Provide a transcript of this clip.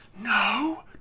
No